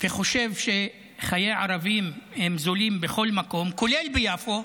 וחושב שחיי ערבים הם זולים בכל מקום, כולל ביפו,